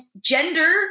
gender